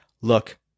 Look